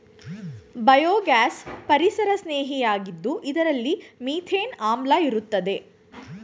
biogas ಪರಿಸರಸ್ನೇಹಿಯಾಗಿದ್ದು ಇದರಲ್ಲಿ methane ಆಮ್ಲ ಇರುತ್ತದೆ